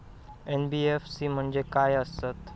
NBFC म्हणजे खाय आसत?